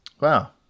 Wow